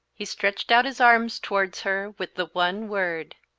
he stretched out his arms towards her with the one word,